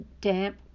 damp